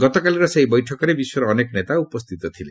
ଗତକାଲିର ସେହି ବୈଠକରେ ବିଶ୍ୱର ଅନେକ ନେତା ଉପସ୍ଥିତ ଥିଲେ